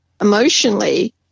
emotionally